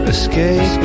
Escape